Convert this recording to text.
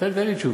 תן לי תשובה.